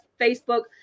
Facebook